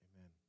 amen